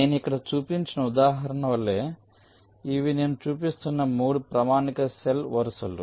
నేను ఇక్కడ చూపించిన ఉదాహరణ వలె ఇవి నేను చూపిస్తున్న మూడు ప్రామాణిక సెల్ వరుసలు